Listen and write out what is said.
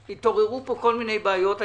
התעוררו פה כל מיני בעיות.